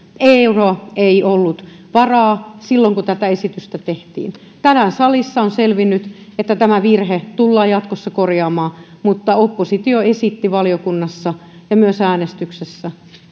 euroa ei ollut varaa silloin kun tätä esitystä tehtiin tänään salissa on selvinnyt että tämä virhe tullaan jatkossa korjaamaan mutta oppositio esitti valiokunnassa ja myös äänestyksessä